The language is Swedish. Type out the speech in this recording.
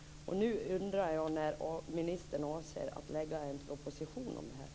Nu undrar jag när ministern avser att lägga fram en proposition om det.